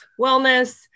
wellness